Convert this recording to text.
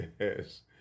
Yes